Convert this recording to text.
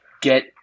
get